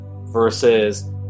versus